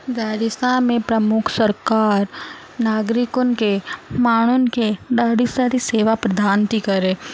राजस्थान में प्रमुख सरकारि नागरिकुनि खे माण्हुनि खे ॾाढी सारी सेवा प्रधान थी करे